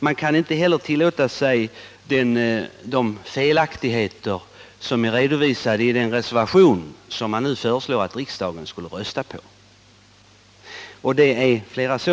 Vi kan inte heller tillåta oss att ange sådana felaktiga uppgifter som de som är redovisade i den reservation socialdemokraterna nu föreslår att riksdagen skall rösta för.